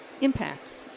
impact